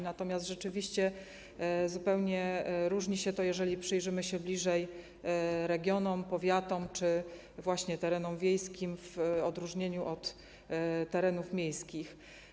Natomiast rzeczywiście zupełnie różni się to, jeżeli przyjrzymy się bliżej regionom, powiatom czy terenom wiejskim w odróżnieniu od terenów miejskich.